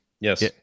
Yes